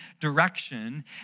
direction